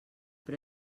però